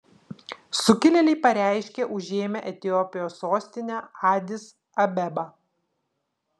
sukilėliai pareiškė užėmę etiopijos sostinę adis abebą